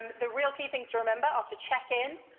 the real key things to remember are to check in,